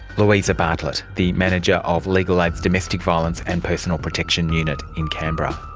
louisa bartlett, the manager of legal aid's domestic violence and personal protection unit in canberra.